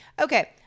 okay